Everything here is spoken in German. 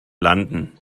landen